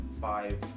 five